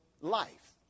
life